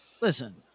Listen